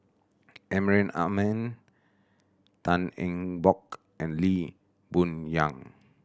Amrin Amin Tan Eng Bock and Lee Boon Yang